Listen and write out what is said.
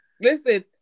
Listen